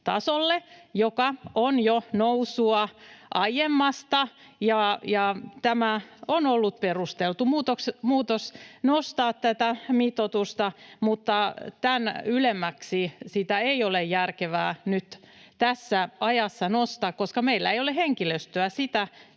joka on jo nousua aiemmasta. On ollut perusteltu muutos nostaa tätä mitoitusta, mutta tämän ylemmäksi sitä ei ole järkevää nyt tässä ajassa nostaa, koska meillä ei ole henkilöstöä sitä